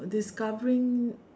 discovering